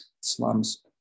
slums